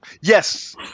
Yes